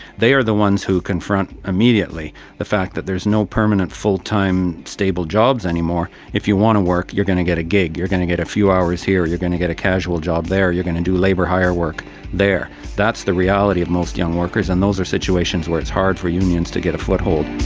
they are the ones who confront immediately the fact that there is no permanent full-time stable jobs anymore. if you want to work, you're going to get a gig, you're going to get a few hours here or you're going to get a casual job there, you're going to do labour hire work there. that's the reality of most young workers, and those are situations where it's hard for unions to get a foothold.